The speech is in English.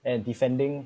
and defending